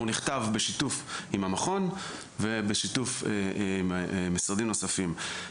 והוא נכתב בשיתוף עם המכון ובשיתוף עם משרדים נוספים.